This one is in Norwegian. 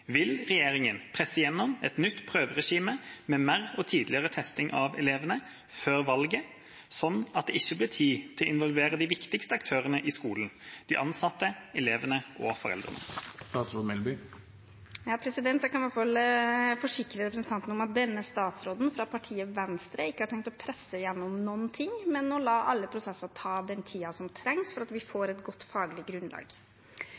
vil det annerledes. Vil regjeringen presse igjennom et nytt prøveregime med mer og tidligere testing av elevene, før valget, slik at det ikke blir tid til å involvere de viktigste aktørene i skolen; de ansatte, elevene, og foreldrene?» Jeg kan i hvert fall forsikre representanten om at denne statsråden, fra partiet Venstre, ikke har tenkt å presse gjennom noen ting, men la alle prosesser ta den tiden som trengs for at vi skal få et godt faglig grunnlag.